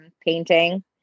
painting